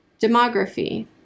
Demography